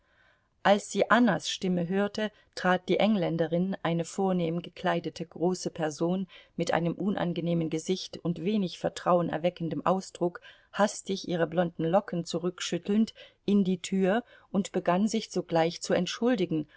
als sie annas stimme hörte trat die engländerin eine vornehm gekleidete große person mit einem unangenehmen gesicht und wenig vertrauenerweckendem ausdruck hastig ihre blonden locken zurückschüttelnd in die tür und begann sich sogleich zu entschuldigen